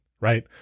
right